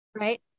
Right